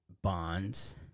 bonds